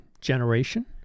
generation